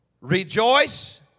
Rejoice